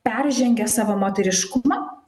peržengia savo moteriškumą